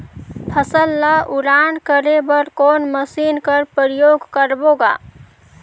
फसल ल उड़ान करे बर कोन मशीन कर प्रयोग करबो ग?